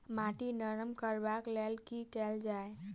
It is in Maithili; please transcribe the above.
माटि नरम करबाक लेल की केल जाय?